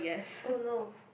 oh no